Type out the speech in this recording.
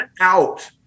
out